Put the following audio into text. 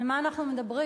על מה אנחנו מדברים?